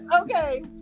okay